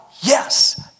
yes